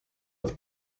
het